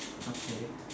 okay